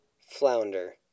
flounder